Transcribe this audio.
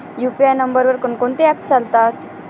UPI नंबरवर कोण कोणते ऍप्स चालतात?